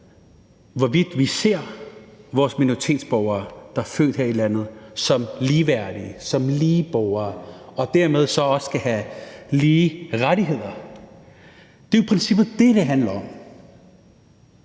hvorvidt vi ser vores minoritetsborgere, der er født her i landet, som ligeværdige, som lige borgere, og at de så dermed også skal have lige rettigheder. Det er jo i princippet det, som det handler om.